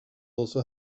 also